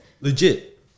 Legit